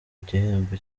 igihembo